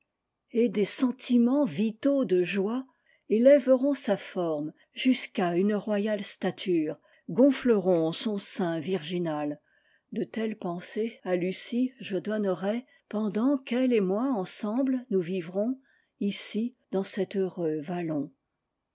et des sentiments vitaux de joie elèveront sa forme jusqu'à une royale stature gonfleront son sein virginal de telles pensées à lucie je donnerai pendant qu'elle et moi ensemble nous vivrons ici dans cet heureux vallon